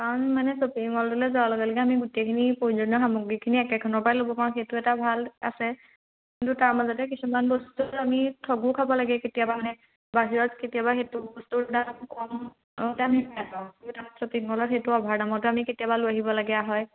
কাৰণ মানে শ্বপিং মলটোলৈ যোৱাৰ লগে লগে আমি গোটেইখিনি প্ৰয়োজনীয় সামগ্ৰীখিনি একেখনৰ পৰাই ল'ব পাৰোঁ সেইটো এটা ভাল আছে কিন্তু তাৰ মাজতে কিছুমান বস্তু আমি ঠগো খাব লাগে কেতিয়াবা মানে বাহিৰত কেতিয়াবা সেইটো বস্তুৰ দাম কম দামত আমি পাওঁ কিন্তু শ্বপিং মলত সেইটো অভাৰ দামতো আমি কেতিয়াবা লৈ আহিবলগীয়া হয়